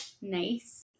nice